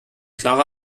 klare